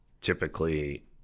typically